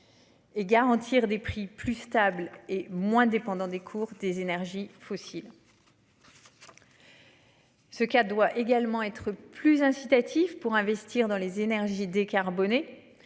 Et garantir des prix plus stable et moins dépendant des cours des énergies fossiles. Ce cas doit également être plus incitatif pour investir dans les énergies décarbonnées.